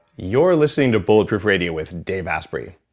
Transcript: you're listening to bulletproof radio with dave asprey.